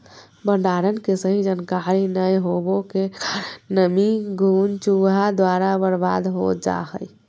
भंडारण के सही जानकारी नैय होबो के कारण नमी, घुन, चूहा द्वारा बर्बाद हो जा हइ